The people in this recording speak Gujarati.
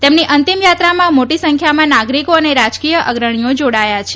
તેમની અંતિમ યાત્રામાં મોટી સંખ્યામાં નાગરીકો અને રાજકીય અગ્રણીઓ જાડાયા છે